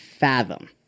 fathom